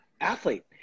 athlete